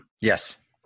Yes